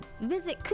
Visit